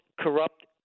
corrupt